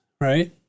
right